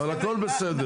אבל הכל בסדר.